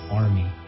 army